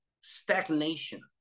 stagnation